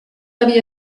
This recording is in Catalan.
havia